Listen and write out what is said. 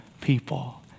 people